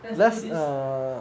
let's do this